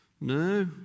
No